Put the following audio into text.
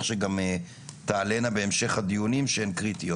שגם תעלנה בהמשך הדיונים שהם קריטיות,